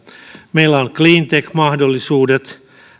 meillä on cleantech mahdollisuudet